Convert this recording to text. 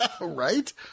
Right